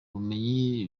ubumenyi